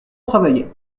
travailler